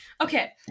Okay